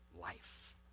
life